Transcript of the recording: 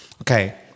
Okay